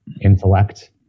intellect